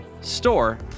Store